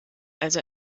also